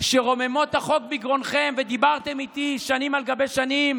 שרוממות החוק בגרונכם ודיברתם איתי שנים על גבי שנים